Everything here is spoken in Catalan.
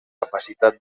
capacitat